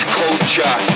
culture